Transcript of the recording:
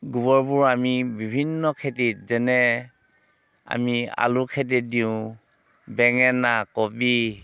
গোৱৰবোৰ আমি বিভিন্ন খেতিত যেনে আমি আলু খেতিত দিওঁ বেঙেনা কবি